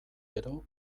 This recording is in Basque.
gero